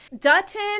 Dutton